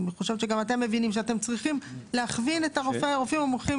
אני חושבת שגם אתם מבינים שאתם צריכים להכווין את הרופאים המומחים.